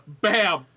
bam